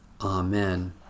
Amen